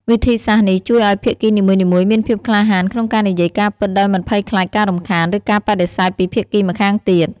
វិធីសាស្រ្តនេះជួយឲ្យភាគីនីមួយៗមានភាពក្លាហានក្នុងការនិយាយការពិតដោយមិនភ័យខ្លាចការរំខាន ឬការបដិសេធពីភាគីម្ខាងទៀត។